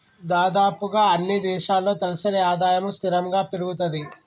దాదాపుగా అన్నీ దేశాల్లో తలసరి ఆదాయము స్థిరంగా పెరుగుతది